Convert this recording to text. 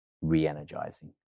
re-energizing